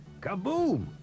kaboom